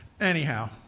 Anyhow